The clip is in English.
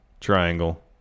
triangle